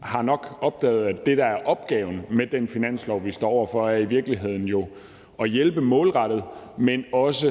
har opdaget, at det, der er opgaven med den finanslov, vi står over for, i virkeligheden jo er at hjælpe målrettet, men også